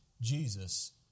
Jesus